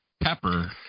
Pepper